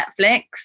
Netflix